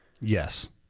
Yes